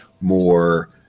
more